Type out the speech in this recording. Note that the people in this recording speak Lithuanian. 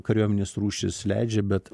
kariuomenės rūšis leidžia bet